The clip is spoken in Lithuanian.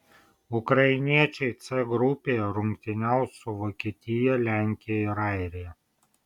ukrainiečiai c grupėje rungtyniaus su vokietija lenkija ir airija